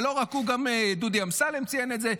ולא רק הוא, גם דודי אמסלם ציין את זה.